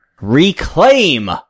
reclaim